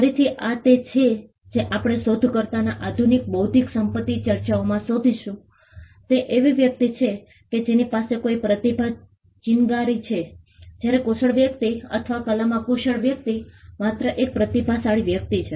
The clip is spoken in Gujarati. ફરીથી આ તે છે જે આપણે શોધકર્તામાં આધુનિક બૌદ્ધિક સંપત્તિ ચર્ચાઓમાં શોધીશું તે એવી વ્યક્તિ છે કે જેની પાસે કોઈ પ્રતિભાની ચિનગારી છે જ્યારે કુશળ વ્યક્તિ અથવા કલામાં કુશળ વ્યક્તિ માત્ર એક પ્રતિભાશાળી વ્યક્તિ છે